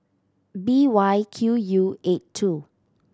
B Y Q U eight two